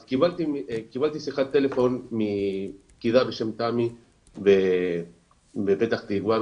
אז קיבלתי שיחת טלפון מפקידה בשם תמי בפתח תקווה,